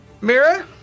Mira